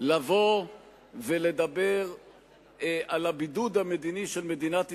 לבוא ולדבר על הבידוד המדיני של מדינת ישראל,